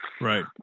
right